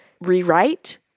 rewrite